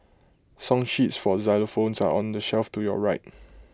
song sheets for xylophones are on the shelf to your right